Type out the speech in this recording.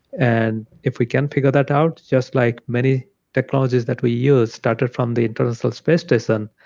and if we can figure that out just like many technologies that we use started from the international space station,